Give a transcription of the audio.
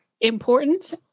important